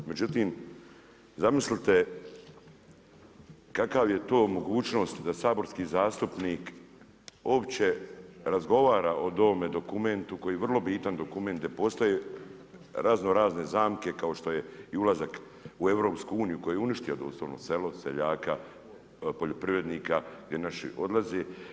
Međutim, zamislite kakav je to mogućnost da saborski zastupnik opće razgovara o ovome dokumentu, koji je vrlo bitan, dokument, gdje postoje razno razne zamke, kao što je i ulazak u EU, koji je uništio selo, seljaka, poljoprivrednika, gdje naši odlaze.